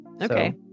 Okay